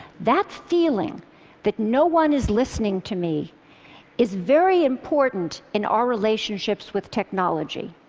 that feeling that no one is listening to me is very important in our relationships with technology.